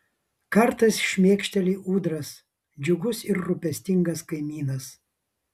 kartais šmėkšteli ūdras džiugus ir rūpestingas kaimynas